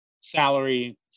salary